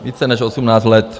Více než 18 let!